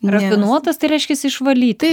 rafinuotas tai reiškia išvalyta